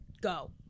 go